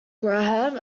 graham